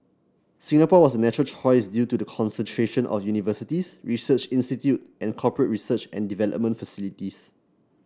Singapore was natural choice due to the concentration of universities research institute and corporate research and development facilities